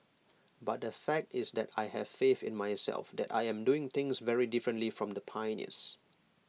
but the fact is that I have faith in myself that I am doing things very differently from the pioneers